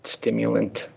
stimulant